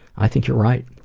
i think you're right.